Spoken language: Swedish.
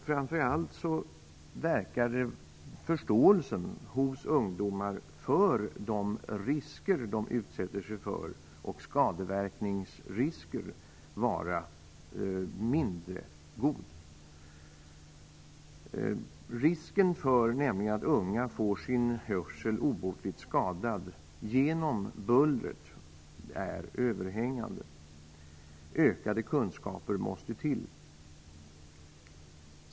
Framför allt verkar förståelsen hos ungdomar för de skadeverkningsrisker de utsätter sig för vara mindre god. Risken för att unga får sin hörsel obotligt skadad genom bullret är överhängande. Ökade kunskaper måste till.